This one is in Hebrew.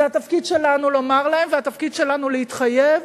זה התפקיד שלנו לומר להם, והתפקיד שלנו להתחייב,